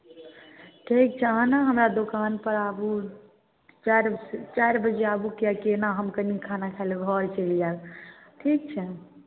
ठीक छै आहाँ ने हमरा दोकान पर आबु चारि चारि बजे आबु किएकि एना हम कनी खाना खाय लए घर चलि जायब ठीक छै